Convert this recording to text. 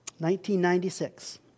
1996